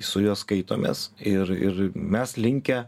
su juo skaitomės ir ir mes linkę